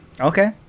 okay